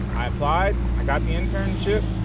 i applied, i got the internship,